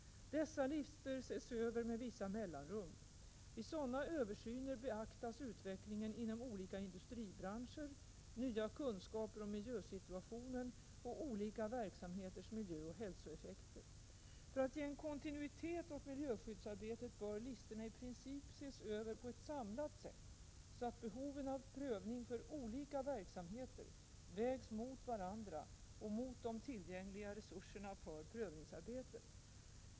Dessa listor ses över med vissa mellanrum. Vid sådana översyner beaktas utvecklingen inom olika industribranscher, nya kunskaper om miljösituationen och olika verksamheters miljöoch hälsoeffekter. För att ge en kontinuitet åt miljöskyddsarbetet bör listorna i princip ses över på ett samlat sätt, så att behoven av prövning för olika verksamheter vägs mot varandra och mot de tillgängliga resurserna för prövningsarbetet.